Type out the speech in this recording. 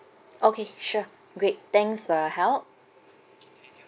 okay sure great thanks for your help